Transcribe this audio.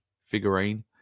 figurine